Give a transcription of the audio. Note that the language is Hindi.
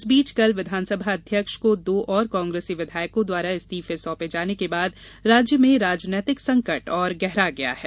इस बीच कल विधानसभा अध्यक्ष को दो और कांग्रेसी विधायकों द्वारा इस्तीफे सौंपे जाने के बाद राज्य में राजनीतिक संकट और गहरा गया है